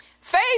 Faith